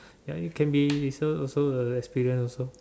ya you can be so also a experience also